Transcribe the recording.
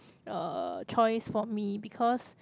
uh choice for me because